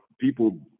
people